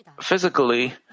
Physically